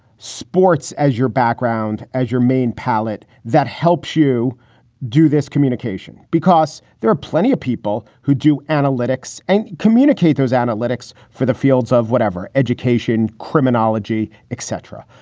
sports as your background, as your main palette that helps you do this communication? because there are plenty of people who do analytics and communicate those analytics for the fields of whatever education, criminology, etc.